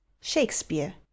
Shakespeare